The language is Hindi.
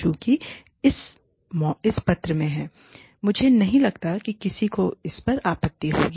चूंकि यह इस पत्र में है मुझे नहीं लगता कि किसी को इस पर आपत्ति होगी